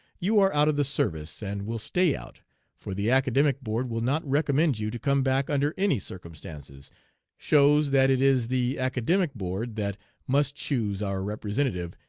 you are out of the service and will stay out for the academic board will not recommend you to come back under any circumstances shows that it is the academic board that must choose our representative,